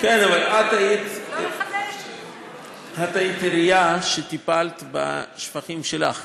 כן, אבל את היית ראש עירייה וטיפלת בשפכים שלך,